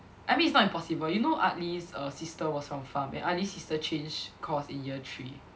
I mean it's not impossible you know Atley's err sister was from pharm and Atley's sister change course in year three